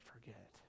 forget